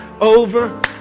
over